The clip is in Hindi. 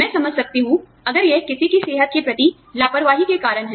मैं समझ सकती हूं अगर यह किसी की सेहत के प्रति लापरवाही के कारण है